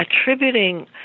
attributing